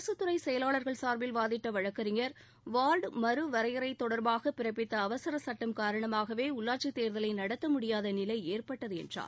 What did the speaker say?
அரசுத்துறை செயலாளர்கள் சார்பில் வாதிட்ட வழக்கறிஞர் வார்டு மறுவரையறை தொடர்பாக பிறப்பித்த அவசர சட்டம் காரணமாகவே உள்ளாட்சித் தேர்தலை நடத்த முடியாத நிலை ஏற்பட்டது என்றார்